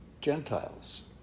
Gentiles